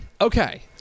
Okay